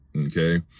Okay